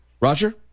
Roger